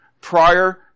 prior